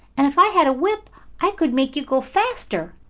and if i had a whip i could make you go faster,